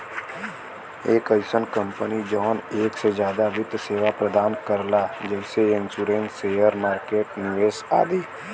एक अइसन कंपनी जौन एक से जादा वित्त सेवा प्रदान करला जैसे इन्शुरन्स शेयर मार्केट निवेश आदि